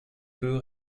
peu